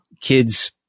kids